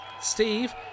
Steve